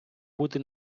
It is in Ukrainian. бути